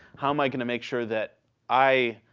how am i going to make sure that i,